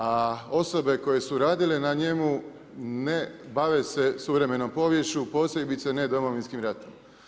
A osobe koje su radile na njemu ne bave se suvremenom poviješću, posebice ne Domovinskom ratom.